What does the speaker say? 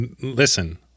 listen